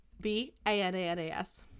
b-a-n-a-n-a-s